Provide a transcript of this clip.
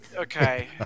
Okay